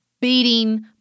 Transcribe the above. beating